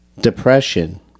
depression